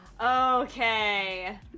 okay